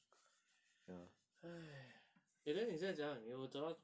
!haiya! eh then 你现在怎样你有找到